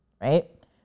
right